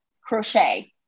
crochet